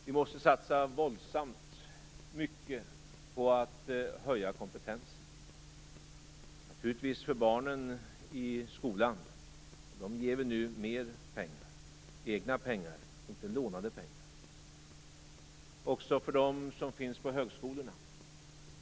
Vi måste satsa våldsamt mycket på att höja kompetensen naturligtvis för barnen i skolan. Dem ger vi nu mer pengar, egna pengar, inte lånade pengar. Det gäller också dem som finns på högskolorna.